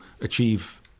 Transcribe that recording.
achieve